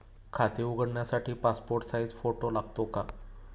खाते उघडण्यासाठी passport size photo लागतो का?